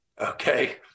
okay